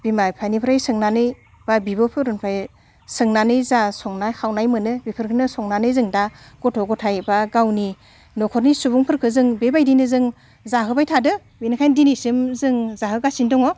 बिमा बिफानिफ्राय सोंनानै बा बिब'फोरनिफ्राय सोंनानै जा संनाय खावनाय मोनो बेफोरखोनो संनानै जों दा गथ' गथाय बा गावनि न'खरनि सुबुंफोरखो जों बेबायदिनो जों जाहोबाय थादो बेनिखायनो दिनैसिम जों जाहोगासिनो दङ